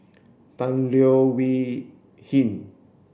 Tan Leo Wee Hin